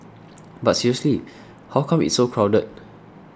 but seriously how come it's so crowded